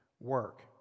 work